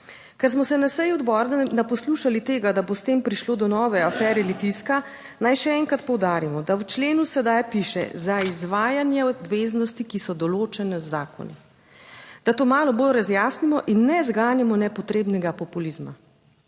Ker smo se na seji odbora naposlušali tega, da bo s tem prišlo do nove afere Litijska, naj še enkrat poudarimo, da v členu sedaj piše: za izvajanje obveznosti, ki so določene z zakoni. Da to malo bolj razjasnimo in ne zganjamo nepotrebnega populizma.